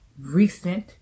recent